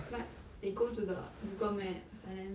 like they go to the Google maps and then